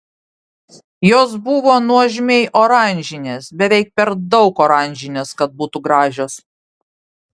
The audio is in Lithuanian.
jos buvo nuožmiai oranžinės beveik per daug oranžinės kad būtų gražios